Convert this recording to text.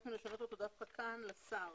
נתבקשנו לשנות אותו דווקא כאן שר